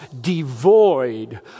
devoid